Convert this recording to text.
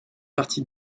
parti